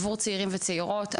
עבור צעירים וצעירות,